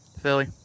Philly